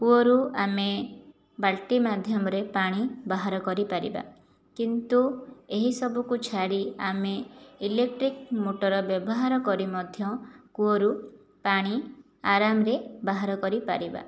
କୂଅରୁ ଆମେ ବାଲ୍ଟି ମାଧ୍ୟମରେ ପାଣି ବାହାର କରିପାରିବା କିନ୍ତୁ ଏହି ସବୁକୁ ଛାଡ଼ି ଆମେ ଇଲେକ୍ଟ୍ରିକ୍ ମୋଟର ବ୍ୟବହାର କରି ମଧ୍ୟ କୂଅରୁ ପାଣି ଆରାମରେ ବାହାର କରିପାରିବା